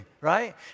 right